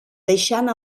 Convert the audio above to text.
deixant